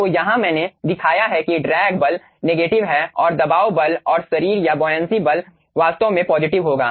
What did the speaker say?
तो यहाँ मैंने दिखाया है कि ड्रैग बल नेगेटिव है और दबाव बल और शरीर या बोयनसी बल वास्तव में पॉजिटिव होगा